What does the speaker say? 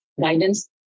guidance